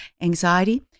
anxiety